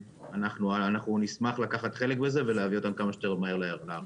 אנחנו נשמח לקחת חלק בזה ולהביא אותם כמה שיותר מהר לארץ.